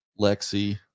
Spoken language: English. Lexi